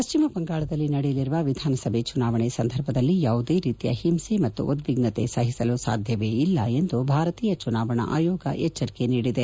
ಪಶ್ಚಿಮ ಬಂಗಾಳದಲ್ಲಿ ನಡೆಯಲಿರುವ ವಿಧಾನಸಭೆ ಚುನಾವಣೆ ಸಂದರ್ಭದಲ್ಲಿ ಯಾವುದೇ ರೀತಿಯ ಹಿಂಸೆ ಮತ್ತು ಉದ್ವಿಗ್ನತೆ ಸಹಿಸಲು ಸಾಧ್ಯವೇ ಇಲ್ಲ ಎಂದು ಭಾರತೀಯ ಚುನಾವಣಾ ಆಯೋಗ ಎಚ್ಚರಿಕೆ ನೀಡಿದೆ